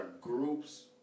groups